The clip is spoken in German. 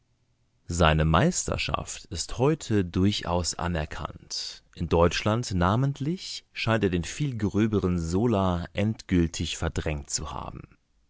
seine meisterschaft ist heute durchaus anerkannt in deutschland namentlich scheint er den viel gröberen zola endgültig verdrängt zu haben